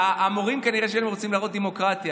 המורים, כנראה היו רוצים להראות דמוקרטיה.